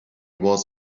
was